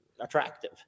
attractive